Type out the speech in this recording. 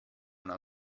una